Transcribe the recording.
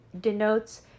denotes